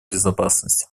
безопасность